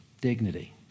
dignity